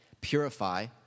purify